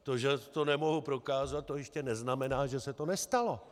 To, že to nemohu prokázat, to ještě neznamená, že se to nestalo.